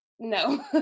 No